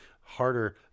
harder